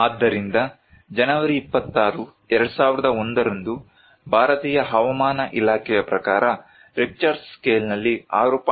ಆದ್ದರಿಂದ ಜನವರಿ 26 2001 ರಂದು ಭಾರತೀಯ ಹವಾಮಾನ ಇಲಾಖೆಯ ಪ್ರಕಾರ ರಿಕ್ಟರ್ ಸ್ಕೇಲ್ನಲ್ಲಿ 6